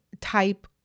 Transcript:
type